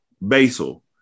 Basil